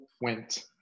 went